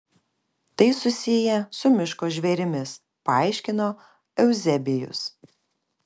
tai susiję su miško žvėrimis paaiškino euzebijus